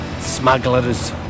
smugglers